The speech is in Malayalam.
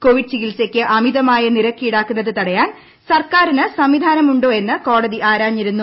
കോവിഡ് ചികിത്സയ്ക്ക് അമിതമായ നിരക്ക് ഈടാക്കുന്നത് തടയാൻ സർക്കാരിന് സംവിധാനമുണ്ടോ എന്ന് കോടതി ആരാഞ്ഞിരുന്നു